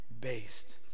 based